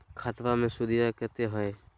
खतबा मे सुदीया कते हय?